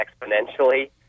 exponentially